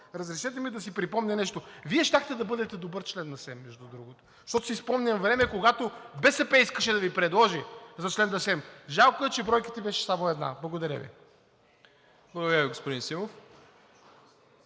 разрешете ми да си припомня нещо. Вие щяхте да бъдете добър член на СЕМ, между другото, защото си спомням времето, когато БСП искаше да Ви предложи за член на СЕМ. Жалко е, че бройката беше само една. Благодаря Ви. ПРЕДСЕДАТЕЛ МИРОСЛАВ